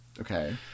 Okay